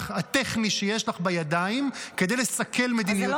הטכני שיש לך בידיים כדי לסכל מדיניות ממשלה.